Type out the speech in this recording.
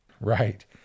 Right